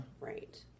Right